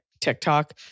TikTok